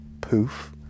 poof